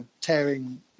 tearing